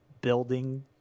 building